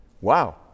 wow